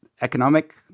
economic